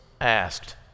asked